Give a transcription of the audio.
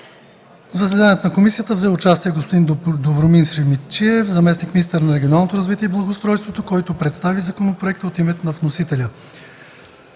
В заседанието на комисията взе участие господин Добромир Симидчиев – заместник-министър на регионалното развитие и благоустройството, който представи законопроекта от името на вносителя.